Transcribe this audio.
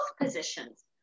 positions